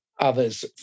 others